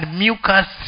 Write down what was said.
mucus